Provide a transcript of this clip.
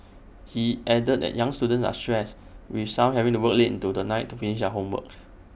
he added that young students are stressed with some having to work late into the night to finish their homework